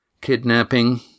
Kidnapping